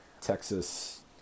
texas